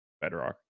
Bedrock